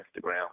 Instagram